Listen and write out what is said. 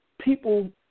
people